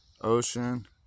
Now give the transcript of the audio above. ocean